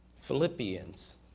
Philippians